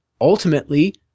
Ultimately